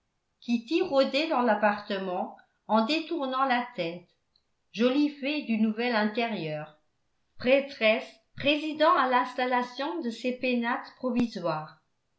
kitty rôdait dans l'appartement en détournant la tête jolie fée du nouvel intérieur prêtresse présidant à l'installation de ces pénates provisoires